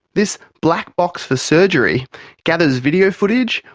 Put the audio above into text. this black box for surgery gathers video footage,